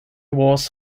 was